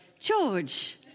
George